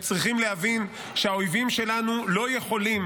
צריכים להבין שהאויבים שלנו לא יכולים